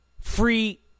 free